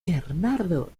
bernardo